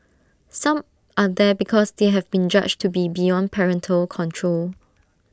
some are there because they have been judged to be beyond parental control